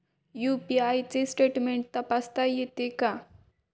UPI चे statement तपासता येते का?